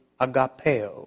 agapeo